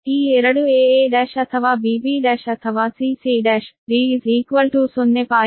ಈ ಎರಡು aa1 ಅಥವಾ bb1 ಅಥವಾ cc1 d 0